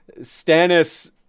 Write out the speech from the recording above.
Stannis